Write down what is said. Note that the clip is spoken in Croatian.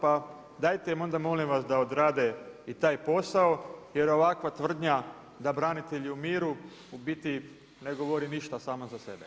Pa dajte im onda molim vas da odrade i taj posao, jer ovakva tvrdnja da branitelji umiru, u biti ne govori ništa sama za sebe.